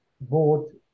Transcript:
board